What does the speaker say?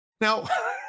Now